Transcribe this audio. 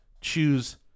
choose